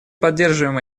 поддерживаем